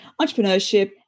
entrepreneurship